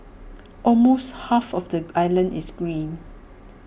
almost half of the island is green